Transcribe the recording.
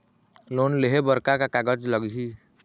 Loan लेहे बर का का कागज लगही?